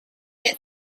had